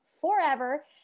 forever